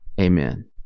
Amen